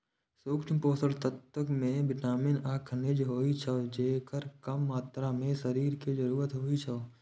सूक्ष्म पोषक तत्व मे विटामिन आ खनिज होइ छै, जेकर कम मात्रा मे शरीर कें जरूरत होइ छै